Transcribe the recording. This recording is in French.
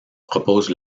propose